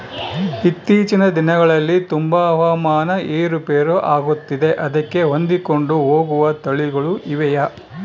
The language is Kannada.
ಇತ್ತೇಚಿನ ದಿನಗಳಲ್ಲಿ ತುಂಬಾ ಹವಾಮಾನ ಏರು ಪೇರು ಆಗುತ್ತಿದೆ ಅದಕ್ಕೆ ಹೊಂದಿಕೊಂಡು ಹೋಗುವ ತಳಿಗಳು ಇವೆಯಾ?